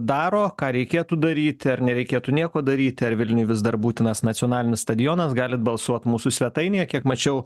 daro ką reikėtų daryt ar nereikėtų nieko daryti ar vilniui vis dar būtinas nacionalinis stadionas galit balsuot mūsų svetainėje kiek mačiau